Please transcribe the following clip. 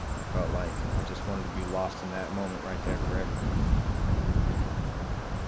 i felt like i just wanted to be lost in that moment right there forever and what happened to that?